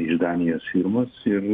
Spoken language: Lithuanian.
iš danijos firmos ir